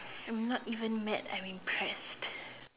I'm not even mad I'm impressed